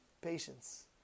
Patience